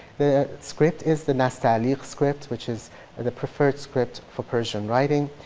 the script is the nastaliq script which is ah the preferred script for persian writing.